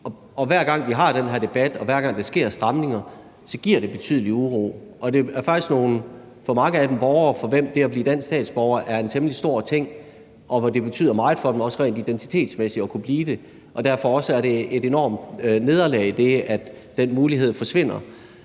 Hver gang vi har den her debat, og hver gang der sker stramninger, giver det betydelig uro. Det er faktisk for manges vedkommende nogle borgere, for hvem det at blive dansk statsborger er en temmelig stor ting, og for hvem det betyder meget også rent identitetsmæssigt at kunne blive det, og derfor er det også et enormt nederlag, at den mulighed forsvinder.